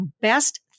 best